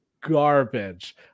garbage